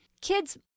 Kids